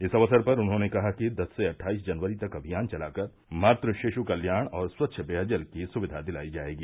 इस अवसर पर उन्होंने कहा कि दस से अट्ठाईस जनवरी तक अभियान चलाकर मातृ शिष् कल्याण और स्वच्छ पेयजल आदि की सुविधा दिलायी जायेगी